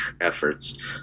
efforts